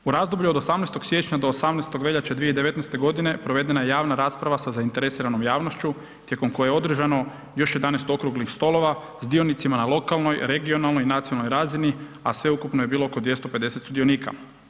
U razdoblju od 18. siječnja do 18. veljače 2019. godine provedena je javna rasprava sa zainteresiranom javnošću tijekom koje je održano još 11 okruglih stolova s dionicima na lokalnoj, regionalnoj i nacionalnoj razini, a sveukupno je bilo oko 250 sudionika.